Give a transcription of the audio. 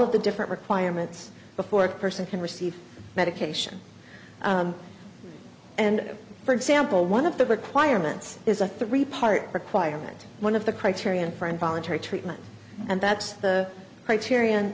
of the different requirements before a person can receive medication and for example one of the requirements is a three part requirement one of the criterion for involuntary treatment and that's the criterion